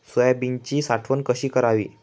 सोयाबीनची साठवण कशी करावी?